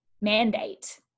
mandate